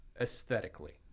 aesthetically